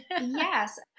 Yes